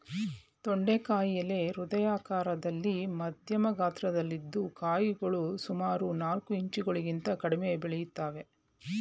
ತೊಂಡೆಕಾಯಿ ಎಲೆ ಹೃದಯ ಆಕಾರದಲ್ಲಿ ಮಧ್ಯಮ ಗಾತ್ರದಲ್ಲಿದ್ದು ಕಾಯಿಗಳು ಸುಮಾರು ನಾಲ್ಕು ಇಂಚುಗಳಿಗಿಂತ ಕಡಿಮೆ ಬೆಳಿತವೆ